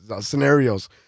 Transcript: scenarios